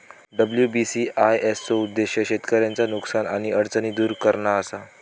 WBCIS चो उद्देश्य शेतकऱ्यांचा नुकसान आणि अडचणी दुर करणा असा